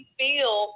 feel